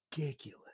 ridiculous